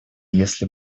если